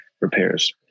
repairs